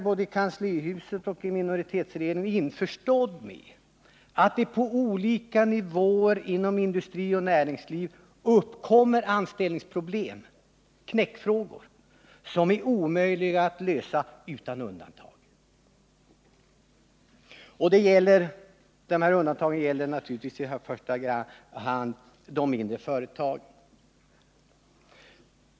Både i kanslihuset och i minoritetsregeringen är man tydligen införstådd med att det på olika nivåer i samhället inom industri och näringsliv uppkommer anställningsproblem, knäckfrågor, som är omöjliga att lösa. Utan undantag skulle svårigheterna bli stora särskilt för de mindre företagen.